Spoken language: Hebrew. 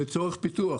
לצורך פיתוח